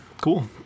Cool